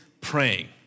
praying